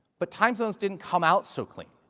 but time so didn't come out so clean.